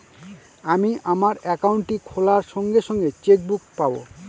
আমি আমার একাউন্টটি খোলার সঙ্গে সঙ্গে চেক বুক পাবো?